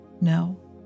no